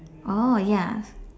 orh ya